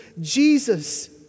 Jesus